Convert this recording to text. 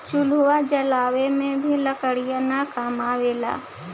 चूल्हा जलावे में भी लकड़ीये न काम आवेला